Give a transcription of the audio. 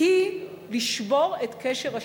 היא לשבור את קשר השתיקה,